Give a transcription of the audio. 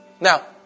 Now